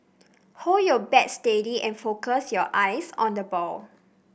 hold your bat steady and focus your eyes on the ball